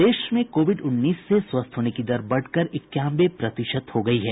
प्रदेश में कोविड उन्नीस से स्वस्थ होने की दर बढ़कर इक्यानवे प्रतिशत हो गयी है